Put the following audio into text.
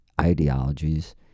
ideologies